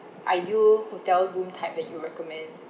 are you hotel room type that you recommend